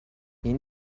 این